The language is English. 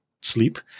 sleep